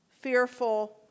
fearful